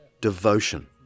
devotion